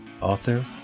author